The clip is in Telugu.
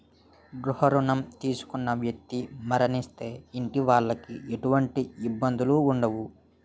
గృహ రుణం తీసుకున్న వ్యక్తి మరణిస్తే ఇంటి వాళ్లకి ఎటువంటి ఇబ్బందులు ఉండవు